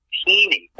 teeny